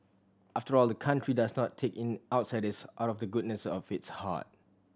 after all the country does not take in outsiders out of the goodness of its heart